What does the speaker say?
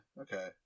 okay